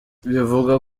bivugwa